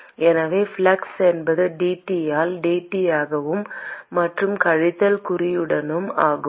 எனவே ஃப்ளக்ஸ் என்பது dT ஆல் dT ஆகவும் மற்றும் கழித்தல் குறியுடனும் ஆகும்